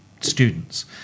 students